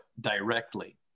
directly